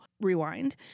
rewind